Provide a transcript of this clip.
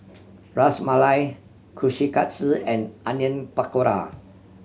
Ras Malai Kushikatsu and Onion Pakora